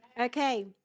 Okay